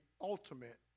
ultimate